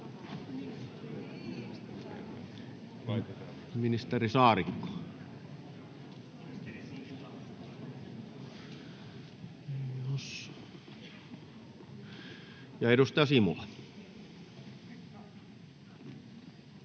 ministeri Saarikko? Ja edustaja